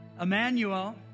Emmanuel